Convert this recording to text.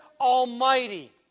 Almighty